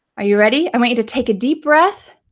are you ready? i want you to take a deep breath.